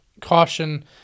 caution